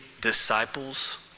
disciples